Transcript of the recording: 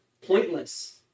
pointless